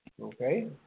Okay